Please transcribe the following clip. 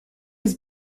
was